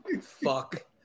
Fuck